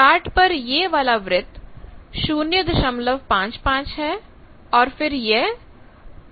chart पर यह वाला वृत्त 055 है और फिर यह j09 होगा